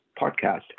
podcast